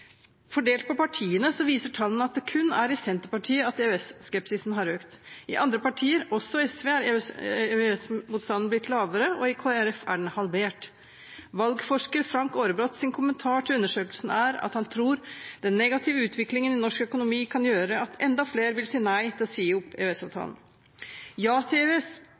Fordelt på partiene viser tallene at det kun er i Senterpartiet EØS-skepsisen har økt. I andre partier, også SV, er EØS-motstanden blitt svakere, og i Kristelig Folkeparti er den halvert. Valgforsker Frank Aarebrots kommentar til undersøkelsen er at han tror den negative utviklingen i norsk økonomi kan gjøre at enda flere vil si nei til å si opp EØS-avtalen. Ja til EØS